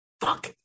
Fuck